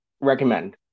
recommend